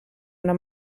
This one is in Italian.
una